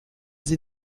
sie